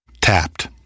Tapped